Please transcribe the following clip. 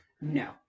No